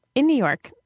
in new york,